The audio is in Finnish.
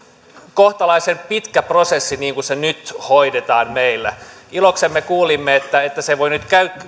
kohtalaisen pitkä prosessi niin kuin se nyt hoidetaan meillä iloksemme kuulimme että että sen voi nyt